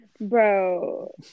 Bro